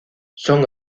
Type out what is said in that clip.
son